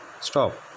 Stop